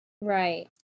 Right